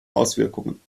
auswirkungen